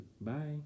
Bye